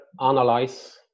analyze